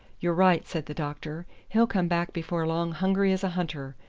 you're right, said the doctor he'll come back before long hungry as a hunter,